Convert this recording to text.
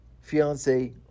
fiance